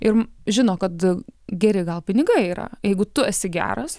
ir žino kad geri gal pinigai yra jeigu tu esi geras